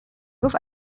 گفت